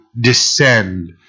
descend